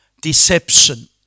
Deception